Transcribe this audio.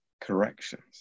corrections